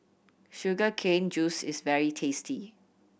sugar cane juice is very tasty